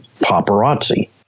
paparazzi